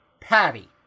patty